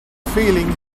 feeling